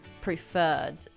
preferred